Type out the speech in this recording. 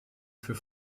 für